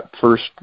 first